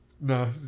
No